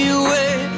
away